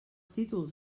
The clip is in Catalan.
títols